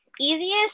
easiest